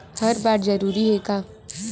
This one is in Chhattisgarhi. हर बार जरूरी हे का?